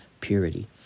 purity